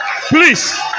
Please